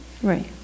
Right